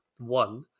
one